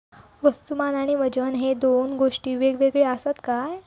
वस्तुमान आणि वजन हे दोन गोष्टी वेगळे आसत काय?